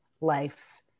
life